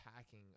attacking